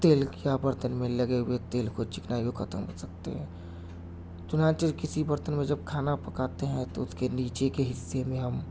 تیل یا برتن میں لگے ہوئے تیل کو چکنائی کو ختم کر سکتے ہیں چنانچہ کسی برتن میں جب کھانا پکاتے ہیں تو اس کے نیچے کے حصے میں ہم